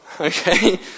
Okay